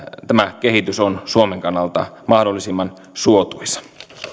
tämä kehitys on suomen kannalta mahdollisimman suotuisa